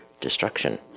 destruction